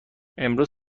امروز